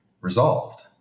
resolved